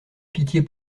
pitié